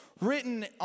written